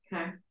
Okay